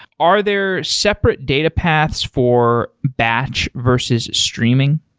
are there separate data paths for batch versus streaming?